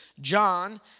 John